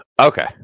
Okay